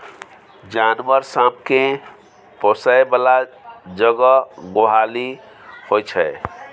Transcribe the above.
जानबर सब केँ पोसय बला जगह गोहाली होइ छै